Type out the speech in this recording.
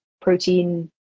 protein